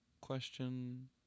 question